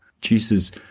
Jesus